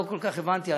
לא כל כך הבנתי,